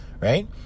right